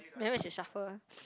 then we should shuffle